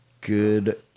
good